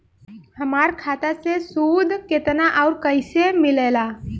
हमार खाता मे सूद केतना आउर कैसे मिलेला?